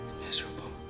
Miserable